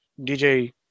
dj